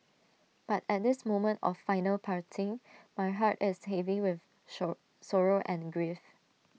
but at this moment of final parting my heart is heavy with show sorrow and grief